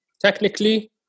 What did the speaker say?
Technically